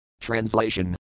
Translation